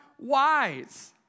wise